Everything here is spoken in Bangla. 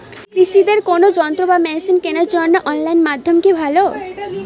কৃষিদের কোন যন্ত্র বা মেশিন কেনার জন্য অনলাইন মাধ্যম কি ভালো?